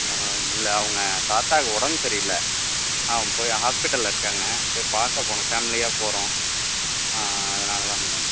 என்ன மேடம் இல்லை அவங்க தாத்தாக்கு உடம்பு சரி இல்லை அவங்க போய் ஆஸ்பெட்டலில் இருக்காங்க போய் பார்க்க போகணும் ஃபேம்லியாக போகிறோம் ஆன் அதனால தான் மேடம்